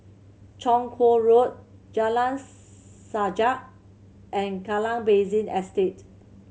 Chong Kuo Road Jalan Sajak and Kallang Basin Estate